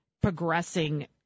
progressing